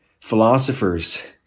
philosophers